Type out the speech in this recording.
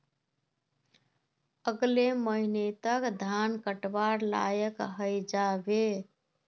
अगले महीने तक धान कटवार लायक हई जा बे